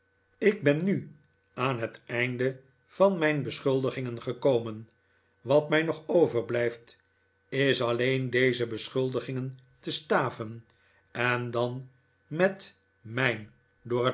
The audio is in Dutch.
ik ben nu aan het einde van mijn beschuldigingen gekomen wat mij nog overblijft is alleen deze beschuldigingen te staven en dan met mijn